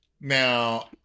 Now